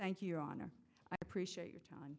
thank you your honor i appreciate your time